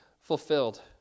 fulfilled